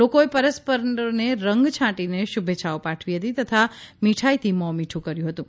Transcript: લોકોએ પરસ્પરને રંગો છાંટીને શુભેચ્છાઓ પાઠવી તથા મીઠાઈથી મ્ફો મીઠું કર્યું હતું